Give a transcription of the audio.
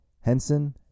Henson